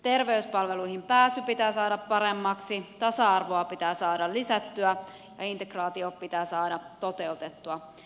terveyspalveluihin pääsy pitää saada paremmaksi tasa arvoa pitää saada lisättyä ja integraatio pitää saada toteutettua